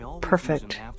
perfect